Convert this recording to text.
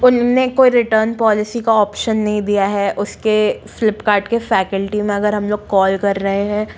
उनने कोई return policy का ऑप्शन नहीं दिया है उसके फ्लिपकार्ट के फैकल्टी में अगर हम लोग कॉल कर रहे हैं